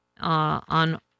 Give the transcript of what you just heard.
on